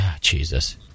Jesus